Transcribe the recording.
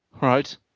right